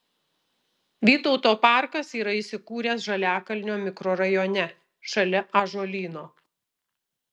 vytauto parkas yra įsikūręs žaliakalnio mikrorajone šalia ąžuolyno